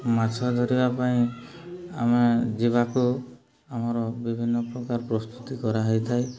ମାଛ ଧରିବା ପାଇଁ ଆମେ ଯିବାକୁ ଆମର ବିଭିନ୍ନ ପ୍ରକାର ପ୍ରସ୍ତୁତି କରାହେଇଥାଏ